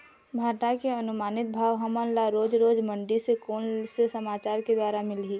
भांटा के अनुमानित भाव हमन ला रोज रोज मंडी से कोन से समाचार के द्वारा मिलही?